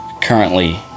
currently